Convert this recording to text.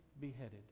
beheaded